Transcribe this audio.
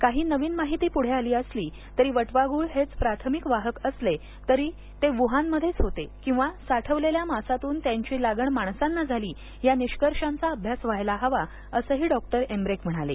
काही नवी माहिती पुढे आली असली तरी वटवाघूळ हेच प्राथमिक वाहक असले तरी ते वूहानमध्येच होते किंवा साठवलेल्या मांसातून त्यांची लागण माणसांना झाली या निष्कर्षांचा अभ्यास व्हायला हवा असंही डॉक्टर एमबरेक म्हणाले